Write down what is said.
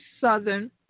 Southern